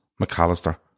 McAllister